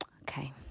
okay